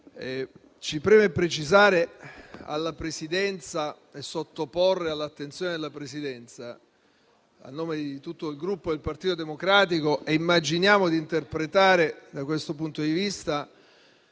ci preme precisare e sottoporre all'attenzione della Presidenza, a nome di tutto il Gruppo del Partito Democratico immaginando di interpretare, da questo punto di vista,